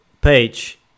page